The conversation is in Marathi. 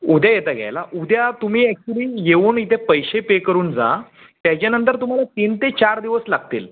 उद्या येता घ्यायला उद्या तुम्ही अॅक्चुली येऊन इथे पैसे पे करून जा त्याच्यानंतर तुम्हाला तीन ते चार दिवस लागतील